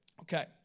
Okay